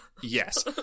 yes